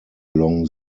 along